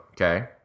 okay